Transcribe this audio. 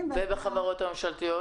מה קשור משרד האוצר לסוכנות לעסקים קטנים?